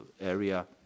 area